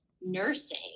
nursing